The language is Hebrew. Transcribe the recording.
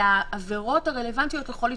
והעבירות הרלוונטיות לכל התקשרות.